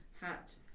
hat